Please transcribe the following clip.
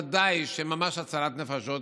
שהן בוודאי ממש הצלת נפשות,